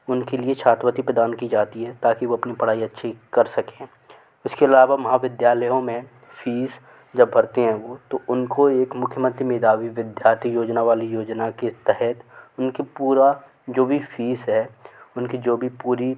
उनके लिए छात्रवृति प्रदान की जाती है ताकि वो अपनी पढ़ाई अच्छी कर सकें इसके अलावा महाविद्यालयों में फ़ीस जब भरते हैं वो तो उनको एक मुख्यमंत्री मेधावी विद्यार्थी योजना वाली योजना के तहत उनकी पूरी जो भी फ़ीस है उनकी जो भी पूरी